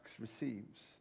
receives